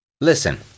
Listen